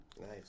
Nice